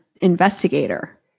investigator